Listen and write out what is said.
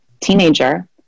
teenager